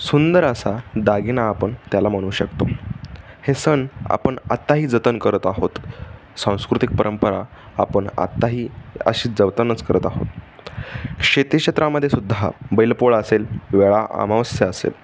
सुंदर असा दागिना आपण त्याला म्हणू शकतो हे सण आपण आत्ताही जतन करत आहोत सांस्कृतिक परंपरा आपण आत्ताही अशी जतनच करत आहोत शेती शेत्रामध्ये सुद्धा बैलपोळा असेल वेळा आमावस्या असेल